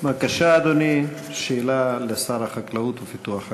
בבקשה, אדוני, שאלה לשר החקלאות ופיתוח הכפר.